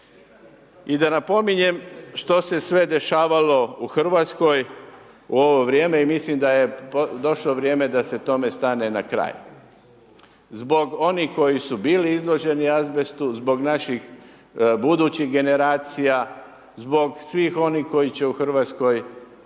I da napominjem što se sve dešavalo u Hrvatskoj u ovo vrijeme i mislim da je došlo vrijeme da se tome stane na kraj zbog onih koji su bili izloženi azbestu, zbog naših budućih generacija, zbog svih onih koji će u Hrvatskoj